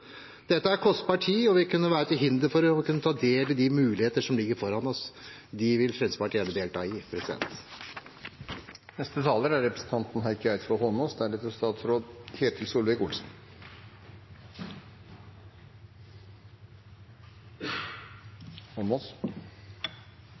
Dette er kostbar tid og vil kunne være til hinder for å kunne ta del i de muligheter som ligger foran oss. Dem vil Fremskrittspartiet gjerne delta i.